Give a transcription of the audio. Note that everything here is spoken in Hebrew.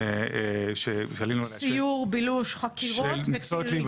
אוכלוסייה -- סיור, בילוש, חקירות וצעירים.